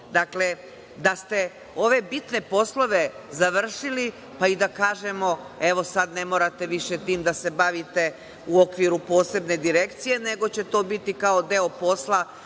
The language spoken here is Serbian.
Dakle, da ste ove bitne poslove završili, pa i da kažemo, evo sad ne morate više tim da se bavite u okviru posebne direkcije, nego će to biti kao deo posla,